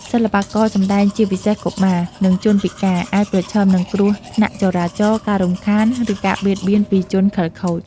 សិល្បករ សម្ដែងជាពិសេសកុមារ និងជនពិការ អាចប្រឈមនឹងគ្រោះថ្នាក់ចរាចរណ៍ ការរំខាន ឬការបៀតបៀនពីជនខិលខូច។